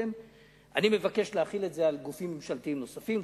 אני מבקש להחיל את זה על גופים ממשלתיים נוספים,